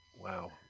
Wow